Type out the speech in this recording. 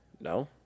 No